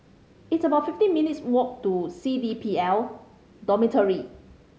it's about fifty minutes' walk to C D P L Dormitory